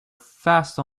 fast